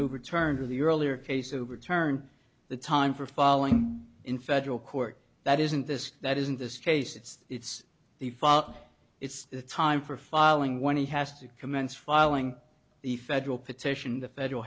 overturned or the earlier case overturned the time for filing in federal court that isn't this that is in this case it's it's the fall it's time for filing when he has to commence filing the federal petition the federal